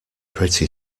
pretty